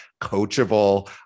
coachable